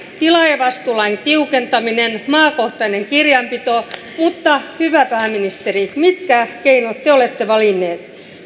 tilaajavastuulain tiukentaminen maakohtainen kirjanpito mutta hyvä pääministeri mitkä keinot te te olette valinneet